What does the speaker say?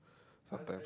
sometimes